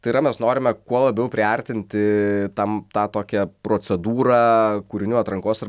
tai yra mes norime kuo labiau priartinti tam tą tokią procedūrą kūrinių atrankos ir